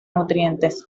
nutrientes